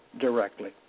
directly